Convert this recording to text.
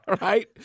Right